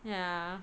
yeah